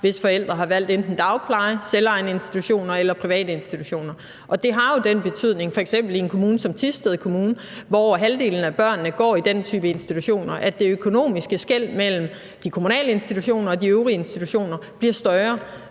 hvis forældre har valgt enten dagpleje, selvejende institutioner eller private institutioner. Det har jo den betydning f.eks. i en kommune som Thisted Kommune, hvor halvdelen af børnene går i den type institutioner, at det økonomiske skel mellem de kommunale institutioner og de øvrige institutioner bliver større